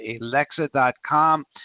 Alexa.com